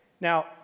Now